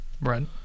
right